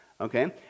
Okay